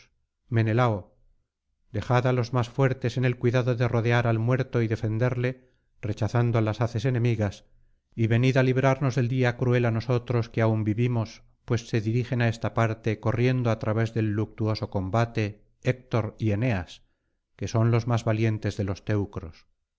menelao dejad á los más fuertes el cuidado de rodear al muerto y defenderle rechazando las haces enemigas y venid á librarnos del día cruel á nosotros que aún vivimos pues se dirigen á esta parte corriendo á través del luctuoso combate héctor y eneas que son los más valientes de los teneros